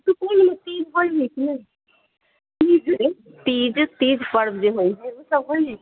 तीज तीज पर्व जे है ओ सब होइए कि नहि